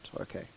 Okay